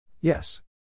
Yes